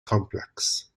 complex